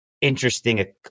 interesting